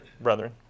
brethren